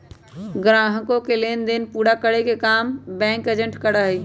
ग्राहकों के लेन देन पूरा करे के काम बैंक एजेंट करा हई